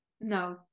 No